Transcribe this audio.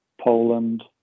Poland